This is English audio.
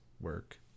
work